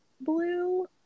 blue